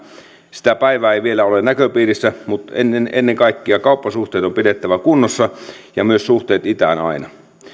sitä päivää ei vielä ole näköpiirissä mutta ennen ennen kaikkea kauppasuhteet on pidettävä kunnossa ja myös suhteet itään aina